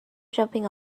jumping